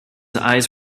eyes